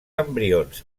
embrions